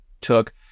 took